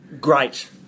Great